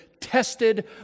tested